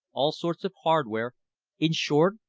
all sorts of hardware in short,